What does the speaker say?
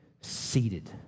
Seated